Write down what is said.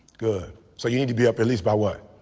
good so you need to be up at least by what?